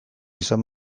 izan